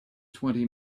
twenty